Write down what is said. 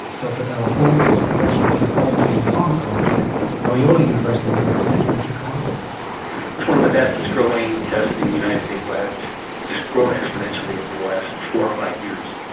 dr earle holmes is professor of pathology and pharmacology at loyola university medical center in chicago. it's one of the fastest growing tests in united states labs it's grown exponentially over the last four or five years.